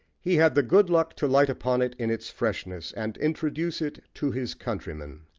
he had the good luck to light upon it in its freshness, and introduce it to his countrymen.